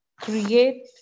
create